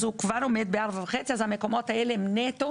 אז הוא כבר עומד ב-4.5, והמקומות האלה הם נטו